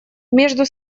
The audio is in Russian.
между